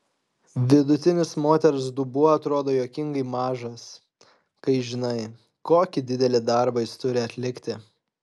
vidutinis moters dubuo atrodo juokingai mažas kai žinai kokį didelį darbą jis turi atlikti